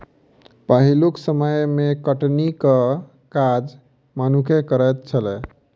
पहिलुक समय मे कटनीक काज मनुक्खे करैत छलै